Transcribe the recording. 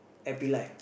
happy life